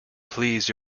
please